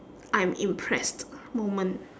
I'm impressed moment